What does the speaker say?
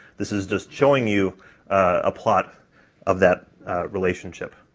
this is just showing you a plot of that relationship,